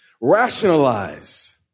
rationalize